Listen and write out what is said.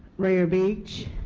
rainier beach,